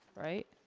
right?